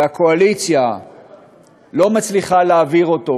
והקואליציה לא מצליחה להעביר אותו,